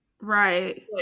right